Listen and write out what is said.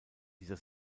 dieser